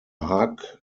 hug